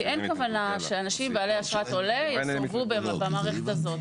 כי אין כוונה שאנשים בעלי אשרת עולה יסורבו במערכת הזאת.